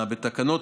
לתפקיד.